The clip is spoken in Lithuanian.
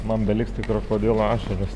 man beliks tik krokodilo ašaros